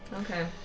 Okay